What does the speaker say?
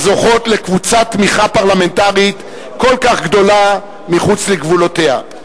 הזוכות לקבוצת תמיכה פרלמנטרית כל כך גדולה מחוץ לגבולותיה.